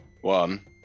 One